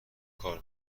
کار